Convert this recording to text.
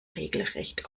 regelrecht